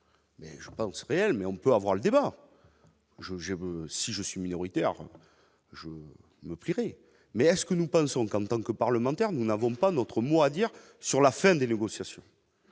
je pense réelle mais on peut avoir le débat, je, je, si je suis minoritaire, je me plierai mais est-ce que nous pensons comme tant que parlementaires, nous n'avons pas notre mot à dire sur la fin des logos